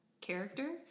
character